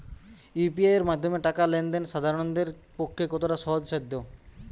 UPI এর মাধ্যমে টাকা লেন দেন সাধারনদের পক্ষে কতটা সহজসাধ্য?